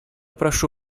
прошу